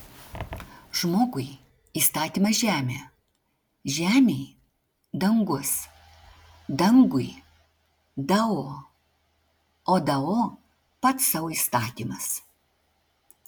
žmogui įstatymas žemė žemei dangus dangui dao o dao pats sau įstatymas